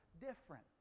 different